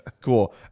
Cool